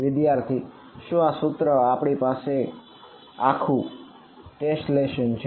વિદ્યાર્થી શું આ સૂત્રમાં આપણી પાસે આખું ટેશલેશન છે